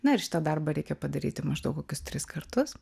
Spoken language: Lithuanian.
na ir šitą darbą reikia padaryti maždaug kokius tris kartus